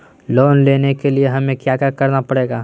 Loan लेने के लिए हमें क्या क्या करना पड़ेगा?